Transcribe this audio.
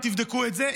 ותבדקו את זה,